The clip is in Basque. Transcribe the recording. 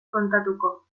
kontatuko